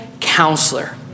counselor